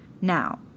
Now